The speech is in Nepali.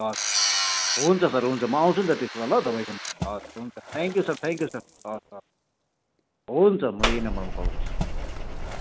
हवस् हुन्छ सर हुन्छ म आउँछु नि त्यसो भए ल तपाईँकामा हवस् हुन्छ थ्याङ्क्यु सर थ्याङ्क्यु सर हवस् हवस् हुन्छ म यही नम्बरमा कल गर्छु